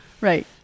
Right